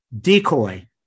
decoy